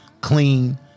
Clean